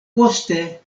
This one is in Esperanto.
poste